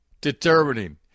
determining